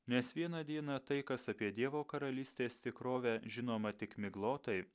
nes vieną dieną tai kas apie dievo karalystės tikrovę žinoma tik miglotai